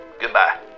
Goodbye